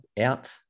out